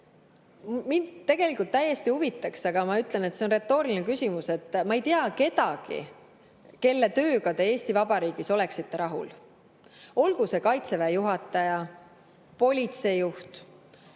Mind tegelikult see täiesti huvitaks, aga ma ütlen, et see on retooriline küsimus. Ma ei tea kedagi, kelle tööga te Eesti Vabariigis oleksite rahul, olgu see Kaitseväe juhataja, politseijuht,